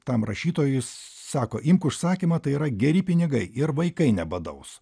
tam rašytojui sako imk užsakymą tai yra geri pinigai ir vaikai nebadaus